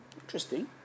interesting